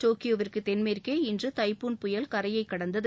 டோக்கியோவிற்கு தென்மேற்கே இன்று தைபூன் புயல் கரையை கடந்தது